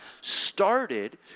started